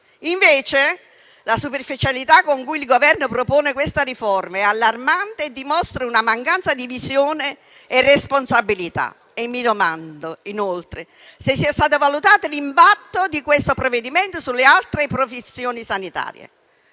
Invece, la superficialità con cui il Governo propone questa riforma è allarmante e dimostra una mancanza di visione e responsabilità. E mi domando, inoltre, se sia stato valutato l'impatto di questo provvedimento sulle altre professioni sanitarie.